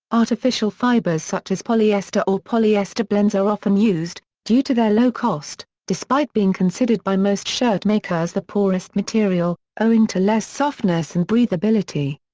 artificial fibers such as polyester or polyester blends are often used, due to their low cost, despite being considered by most shirtmakers the poorest material, owing to less softness and breathability.